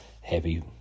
heavy